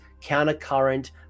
Countercurrent